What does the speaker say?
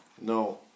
No